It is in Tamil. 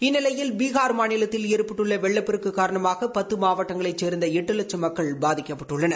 இந்நிலையில் பீகார் மாநிலத்தில் ஏற்பட்டுள்ள வெள்ளப்பெருக்கு காரணமாக பத்து மாவட்டங்களைச் சேர்ந்த எட்டு லட்சம் மக்கள் பாதிக்கப்பட்டுள்ளனர்